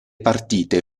partite